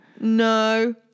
No